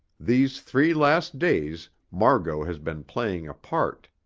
these three last days mar-got has been playing a part.